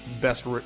Best